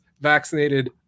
vaccinated